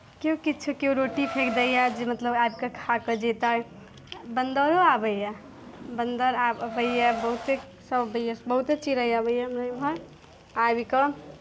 केओ किछु केओ रोटी फेँक दैए जे मतलब आबि कऽ खा कऽ जेतै बन्दरो आबैए बन्दर अबैए बहुते सभ दिश बहुत चिड़ै आबैए एम्हर आबि कऽ